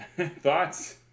Thoughts